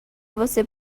você